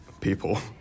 people